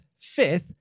fifth